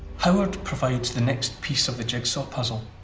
howard provides the next piece of the jigsaw puzzle.